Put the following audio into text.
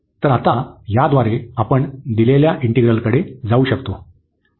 तर आता याद्वारे आपण दिलेल्या इंटिग्रलकडे जाऊ शकतो